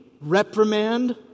reprimand